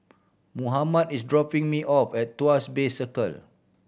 Mohammad is dropping me off at Tuas Bay Circle